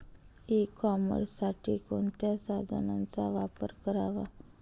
E कॉमर्ससाठी कोणत्या साधनांचा वापर करावा?